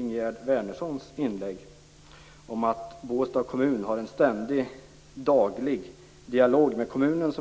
Ingegerd Wärnerssons inlägg uttrycktes att Båstad kommun har en ständig, daglig dialog med regeringen.